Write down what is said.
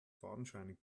fadenscheinig